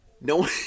No